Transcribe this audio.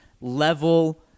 level